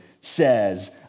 says